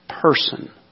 person